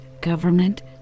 government